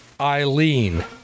Eileen